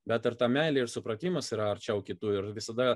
bet ar ta meilė ir supratimas yra arčiau kitų ir visada